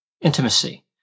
intimacy